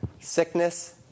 sickness